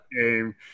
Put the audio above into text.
game